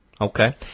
Okay